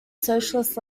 socialist